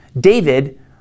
david